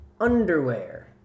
underwear